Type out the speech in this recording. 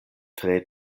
tre